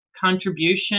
contribution